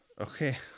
Okay